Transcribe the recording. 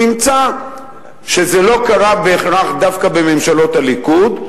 והוא ימצא שזה לא קרה בהכרח דווקא בממשלות הליכוד.